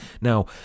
Now